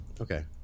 Okay